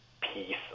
peace